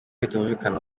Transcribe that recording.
bitumvikana